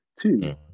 Two